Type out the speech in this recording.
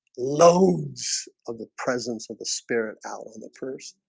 loads of the presence of the spirit out on the first